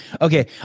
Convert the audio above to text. Okay